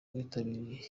mwitabira